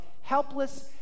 helpless